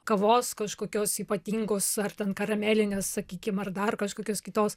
kavos kažkokios ypatingos ar ten karamelinės sakykim ar dar kažkokios kitos